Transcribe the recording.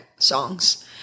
songs